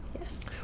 Yes